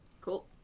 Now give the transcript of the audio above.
Cool